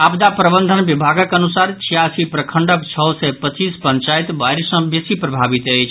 आपदा प्रबंधन विभागक अनुसार छियासी प्रखंडक छओ सय पच्चीस पंचायत बाढ़ि सँ बेसी प्रभावित अछि